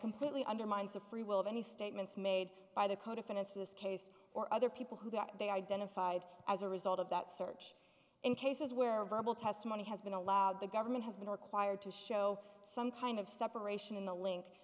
completely undermines the free will of any statements made by the co defendants this case or other people who that they identified as a result of that search in cases where verbal testimony has been allowed the government has been required to show some kind of separation in the link